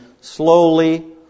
slowly